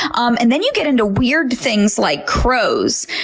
um and then you get into weird things like crows.